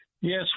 Yes